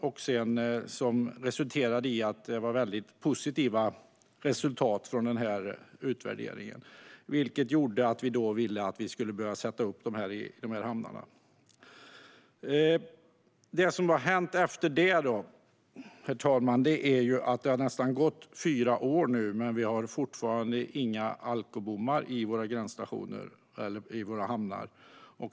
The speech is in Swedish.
Denna utvärdering visade väldigt positiva resultat, vilket gjorde att vi ville sätta upp alkobommar i hamnarna. Efter det, herr talman, har det nu gått nästan fyra år, men vi har fortfarande inga alkobommar i våra gränsstationer eller våra hamnar.